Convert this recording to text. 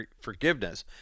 forgiveness